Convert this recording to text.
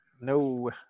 No